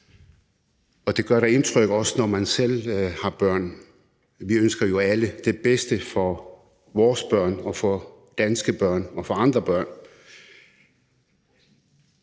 Og det gør da indtryk, også når man selv har børn. Vi ønsker jo alle det bedste for vores børn, for danske børn og for andre børn.